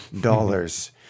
dollars